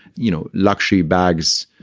you know, luxury bags.